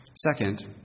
Second